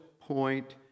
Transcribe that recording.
point